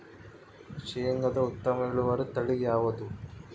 ಶೇಂಗಾದ ಉತ್ತಮ ಇಳುವರಿ ತಳಿ ಯಾವುದು?